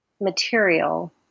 material